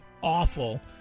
awful